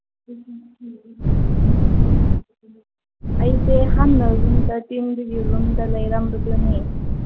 ꯑꯩꯁꯦ ꯍꯥꯟꯅ ꯔꯨꯝ ꯊꯥꯔꯇꯤꯟꯗꯨꯒꯤ ꯔꯨꯝꯗ ꯂꯩꯔꯝꯕꯗꯨꯅꯤ